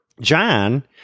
John